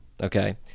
Okay